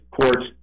court's